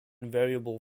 variable